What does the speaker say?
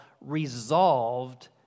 resolved